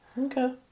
Okay